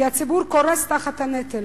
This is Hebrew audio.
כי הציבור קורס תחת נטל